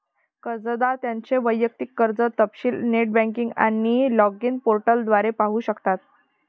कर्जदार त्यांचे वैयक्तिक कर्ज तपशील नेट बँकिंग आणि लॉगिन पोर्टल द्वारे पाहू शकतात